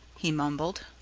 he mumbled.